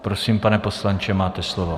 Prosím, pane poslanče, máte slovo.